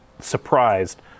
surprised